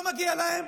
לא מגיע להם?